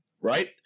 right